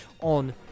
on